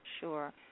Sure